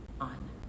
on